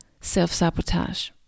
self-sabotage